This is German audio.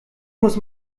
muss